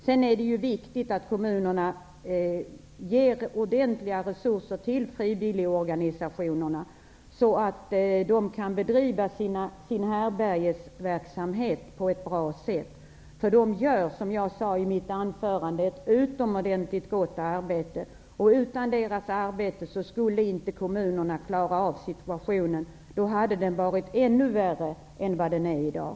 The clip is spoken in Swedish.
Sedan är det viktigt att kommunerna ger ordentliga resurser till frivilligorganisationerna, så att de kan bedriva sin härbärgesverksamhet på ett bra sätt. För de gör, som jag sade i mitt anförande, ett utomordentligt gott arbete. Utan deras arbete skulle inte kommunerna klara av situationen; då hade den varit ännu värre än vad den är i dag.